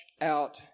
out